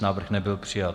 Návrh nebyl přijat.